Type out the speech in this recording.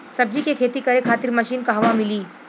सब्जी के खेती करे खातिर मशीन कहवा मिली?